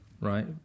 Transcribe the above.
right